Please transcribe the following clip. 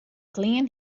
klean